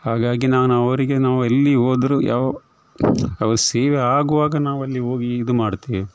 ಹಾಗಾಗಿ ನಾನು ಅವರಿಗೆ ನಾವು ಎಲ್ಲಿ ಹೋದ್ರು ಯಾವ ಅವರ ಸೇವೆ ಆಗುವಾಗ ನಾವಲ್ಲಿ ಹೋಗಿ ಇದು ಮಾಡ್ತೇವೆ